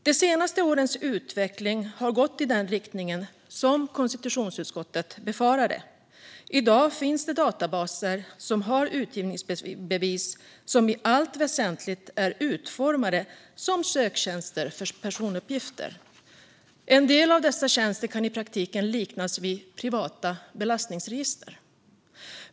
De senaste årens utveckling har gått i den riktning som konstitutionsutskottet befarade. I dag finns det databaser med utgivningsbevis som i allt väsentligt är utformade som söktjänster för personuppgifter. En del av dessa tjänster kan i praktiken liknas vid privata belastningsregister.